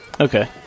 Okay